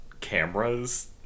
cameras